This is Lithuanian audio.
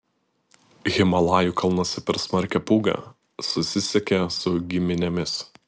himalajų kalnuose per smarkią pūgą susisiekė su giminėmis